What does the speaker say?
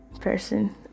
person